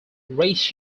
divides